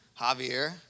Javier